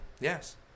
yes